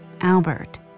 Albert